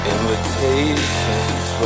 Invitations